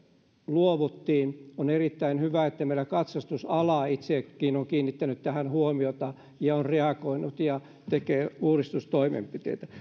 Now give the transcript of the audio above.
luovuttiin on erittäin hyvä että meillä katsastusala itsekin on kiinnittänyt tähän huomiota ja on reagoinut ja tekee uudistustoimenpiteitä